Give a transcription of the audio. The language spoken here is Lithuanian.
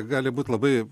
gali būt labai